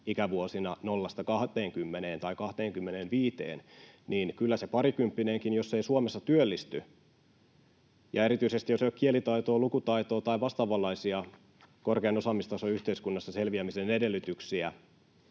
ikävuosina nollasta 20:een tai 25:een, niin kyllä siitäkin kokonaisuudesta, jos parikymppinen ei Suomessa työllisty ja erityisesti jos ei ole kielitaitoa, lukutaitoa tai vastaavanlaisia korkean osaamistason yhteiskunnassa selviämisen edellytyksiä,